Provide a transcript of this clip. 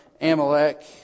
Amalek